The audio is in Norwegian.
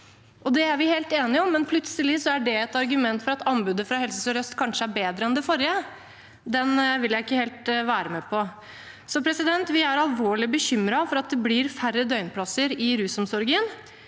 Det er vi helt enige om, men plutselig er det et argument for at anbudet fra Helse sør-øst kanskje er bedre enn det forrige. Den vil jeg ikke helt være med på. Vi er alvorlig bekymret for at det blir færre døgnplasser i rusomsorgen.